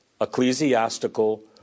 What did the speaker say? ecclesiastical